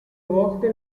volte